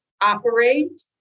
operate